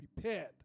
prepared